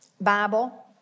Bible